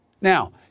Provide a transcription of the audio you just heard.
Now